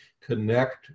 connect